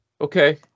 Okay